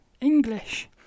english